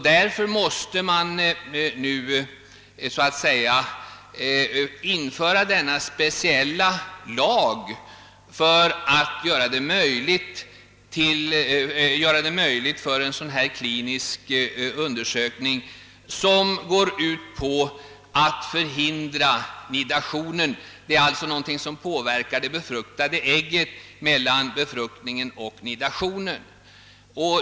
Därför måste man nu införa en speciell lag för att möjliggöra en klinisk undersökning, som går mt på att förhindra nidationen. Detta medel påverkar alltså det befruktade ägget mellan befruktningen och mnidationen.